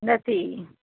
નથી